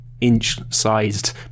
inch-sized